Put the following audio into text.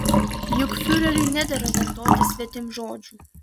juk fiureriui nedera vartoti svetimžodžių